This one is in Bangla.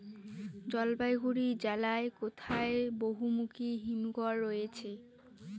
জলপাইগুড়ি জেলায় কোথায় বহুমুখী হিমঘর রয়েছে?